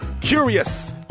curious